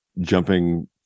jumping